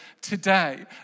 today